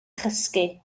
chysgu